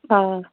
آ